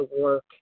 work